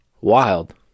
Wild